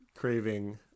craving